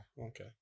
Okay